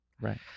Right